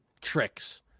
tricks